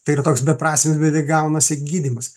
tai yra toks beprasmis beveik gaunasi gydymas